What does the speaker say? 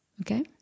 Okay